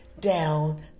down